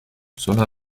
cela